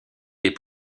est